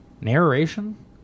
narration